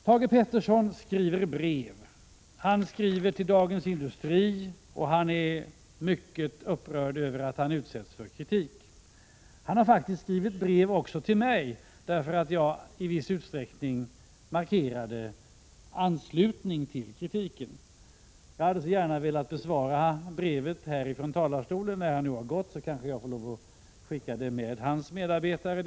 Thage Peterson skriver brev och skriver till Dagens Industri, och han är mycket upprörd över att han utsätts för kritik. Han har skrivit brev också till mig, därför att jag i viss utsträckning har markerat anslutning till kritiken. Jag hade gärna velat besvara brevet här i talarstolen, men när industriministern nu har gått kanske jag får skicka svaret med hans medarbetare.